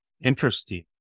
Interesting